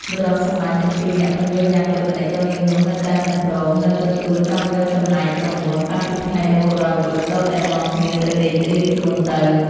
បុរសសម្លាញ់ទាំងពីរនាក់ពន្យល់យ៉ាងដូចម្តេច ក៏នាងនោះនៅតែមិនព្រម និងទទូចចង់យកចំណែកក្រមួន តាំងពីថ្ងៃរហូតដល់យប់ ទាល់តែនាំគ្នាទៅដេករៀងខ្លួនទៅ ។